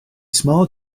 small